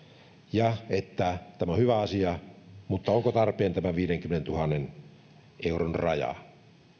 ja että tämä on hyvä asia mutta onko tarpeen tämä viidenkymmenentuhannen euron raja